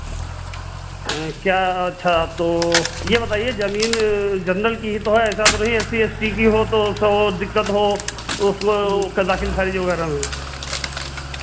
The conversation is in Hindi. क्या अच्छा तो ये बताइए ज़मीन जेनरल की ही तो है ऐसा तो नहीं एस सी एस सी की हो तो सौ दिक्कत हो उसको दाखिल खारिज़ वगैरह में